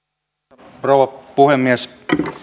arvoisa rouva puhemies